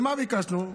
מה ביקשנו?